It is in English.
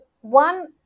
one